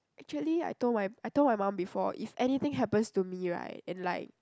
actually I told my I told my mum before if anything happens to me right and like